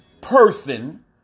person